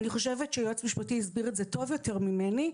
אני חושבת שהיועץ המשפטי יסביר את זה טוב יותר ממני.